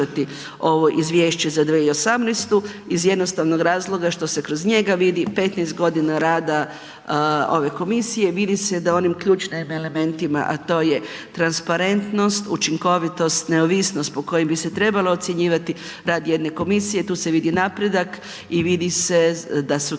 ovo izvješće za 2018. iz jednostavnog razloga što se kroz njega vidi 15.g. rada ove komisije, vidi se da u onim ključnim elementima, a to je transparentnost, učinkovitost, neovisnost po kojim bi se trebalo ocjenjivati rad jedne komisije, tu se vidi napredak i vidi se da su